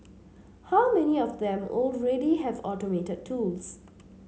how many of them already have automated tools